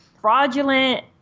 fraudulent